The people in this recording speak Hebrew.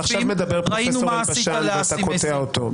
אבל עכשיו מדבר פרופ' אלבשן, ואתה קוטע אותו.